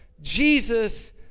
jesus